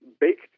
baked